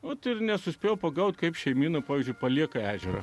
o ir nesuspėjo pagauti kaip šeimyna pavyzdžiui palieka ežerą